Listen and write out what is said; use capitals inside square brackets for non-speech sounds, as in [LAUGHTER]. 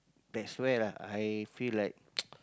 that's where lah I feel like [NOISE]